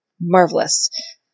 Marvelous